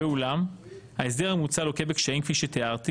ואולם ההסדר המוצע לוקה בקשיים כפי שתיארתי